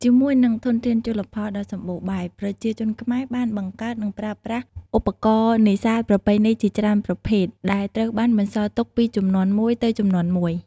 ជាមួយនឹងធនធានជលផលដ៏សម្បូរបែប ប្រជាជនខ្មែរបានបង្កើត និងប្រើប្រាស់ឧបករណ៍នេសាទប្រពៃណីជាច្រើនប្រភេទ ដែលត្រូវបានបន្សល់ទុកពីជំនាន់មួយទៅជំនាន់មួយ។